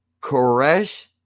Koresh